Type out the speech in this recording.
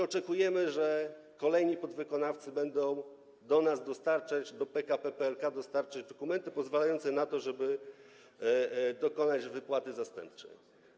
Oczekujemy, że kolejni podwykonawcy będą do nas, do PKP PLK dostarczać dokumenty pozwalające na to, żeby dokonać wypłaty zastępczej.